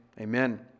Amen